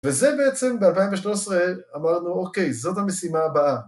וזה בעצם, ב-2013 אמרנו, אוקיי, זאת המשימה הבאה.